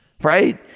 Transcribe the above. right